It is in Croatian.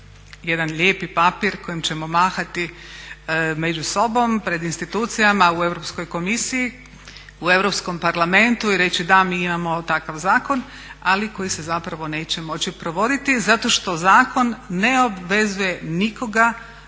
jedan lijepi papir kojim ćemo mahati među sobom, pred institucijama, u Europskoj komisiji, u Europskom parlamentu i reći da, mi imamo takav zakon ali koji se zapravo neće moći provoditi zato što zakon ne obvezuje nikoga